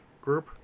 group